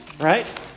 right